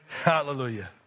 Hallelujah